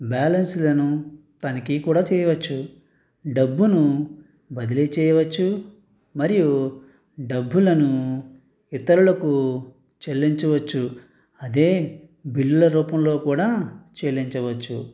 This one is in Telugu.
బ్యాలెన్స్లను తనిఖీ కూడా చేయవచ్చు డబ్బును బదిలీ చేయవచ్చు మరియు డబ్బులను ఇతరులకు చెల్లించవచ్చు అదే బిల్లుల రూపంలో కూడా చెల్లించవచ్చు